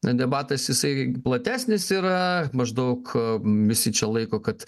debatas jisai platesnis yra maždaug visi čia laiko kad